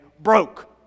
broke